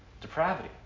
Depravity